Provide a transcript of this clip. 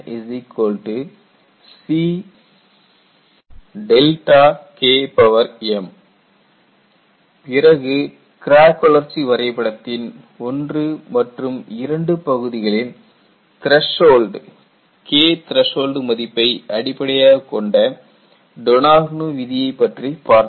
dadN CKm பிறகு crack வளர்ச்சி வரைபடத்தின் I மற்றும் II பகுதிகளின் த்ரசோல்டு Kthreshold மதிப்பை அடிப்படையாகக்கொண்ட டொனாஹ்னூ விதியைப் பற்றி பார்த்தோம்